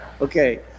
okay